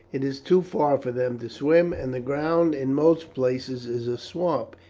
it is too far for them to swim, and the ground in most places is a swamp,